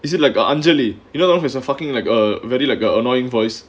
is it like a anjali you know if it's fucking like a very like a annoying voice